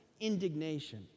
indignation